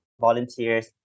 volunteers